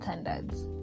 standards